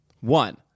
One